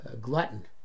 glutton